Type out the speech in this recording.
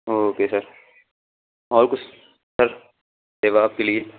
okay sir اور کچھ sir سیوا آپ کے لیے